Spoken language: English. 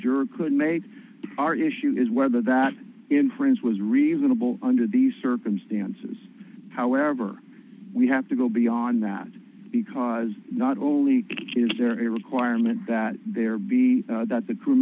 could could make our issue is whether that inference was reasonable under these circumstances however we have to go beyond that because not only is there a requirement that there be that the crew